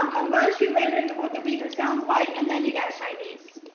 a manchu rendering of what the uyghur sounds like, and then you've got chinese,